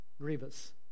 grievous